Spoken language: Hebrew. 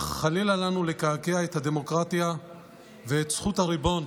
אך חלילה לנו לקעקע את הדמוקרטיה ואת זכות הריבון